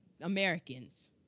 Americans